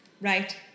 right